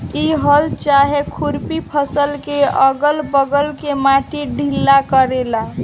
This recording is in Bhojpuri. इ हल चाहे खुरपी फसल के अगल बगल के माटी ढीला करेला